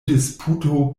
disputo